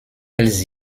elles